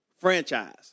franchise